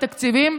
עם תקציבים,